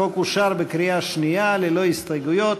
החוק אושר בקריאה שנייה ללא הסתייגויות.